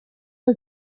for